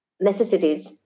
necessities